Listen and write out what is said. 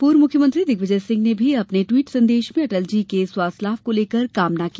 पूर्व मुख्यमंत्री दिग्विजय सिंह ने भी अपने ट्विट संदेश में अटल जी के स्वास्थ्य लाभ को लेकर कामना की